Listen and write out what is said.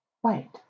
white